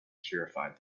purified